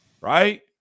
right